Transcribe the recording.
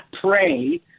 pray